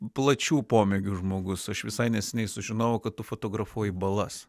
plačių pomėgių žmogus aš visai neseniai sužinojau kad tu fotografuoji balas